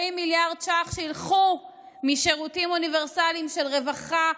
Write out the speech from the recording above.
20 מיליארד ש"ח שילכו משירותים אוניברסליים של רווחה,